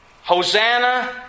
Hosanna